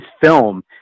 film –